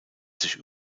sich